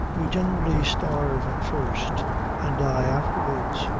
we generally starve first and die afterwards.